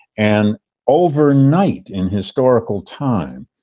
and over night in historical time,